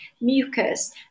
mucus